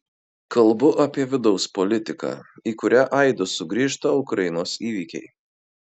kalbu apie vidaus politiką į kurią aidu sugrįžta ukrainos įvykiai